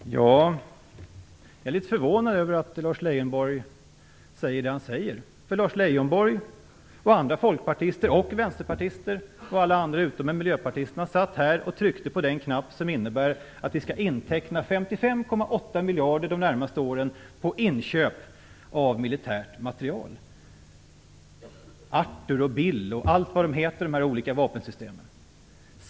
Fru talman! Jag är litet förvånad över att Lars Leijonborg säger det han säger. Lars Leijonborg och andra folkpartister och vänsterpartister - ja, alla utom miljöpartisterna - satt här och röstade för att vi skall inteckna 55,8 miljarder de närmaste åren för inköp av militärt material, Arthur, Bill och allt vad de olika vapensystemen heter.